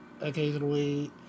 occasionally